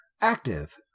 Active